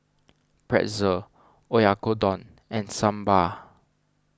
Pretzel Oyakodon and Sambar